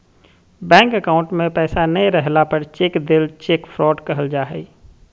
bank account में पैसा नय रहला पर चेक देल चेक फ्रॉड कहल जा हइ